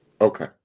Okay